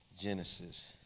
Genesis